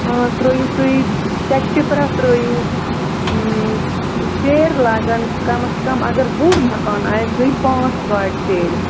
آ ترٛٲوِو تُہۍ سٮ۪کہٕ ٹِپرا ترٛٲوِو سیرِ لاگَن کَم اَز کَم اگر بوٚڈ مکان آسہِ گٔے پانٛژھ گاڑِ سیرِ